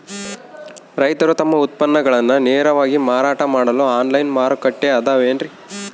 ರೈತರು ತಮ್ಮ ಉತ್ಪನ್ನಗಳನ್ನ ನೇರವಾಗಿ ಮಾರಾಟ ಮಾಡಲು ಆನ್ಲೈನ್ ಮಾರುಕಟ್ಟೆ ಅದವೇನ್ರಿ?